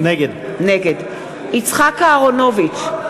נגד יצחק אהרונוביץ,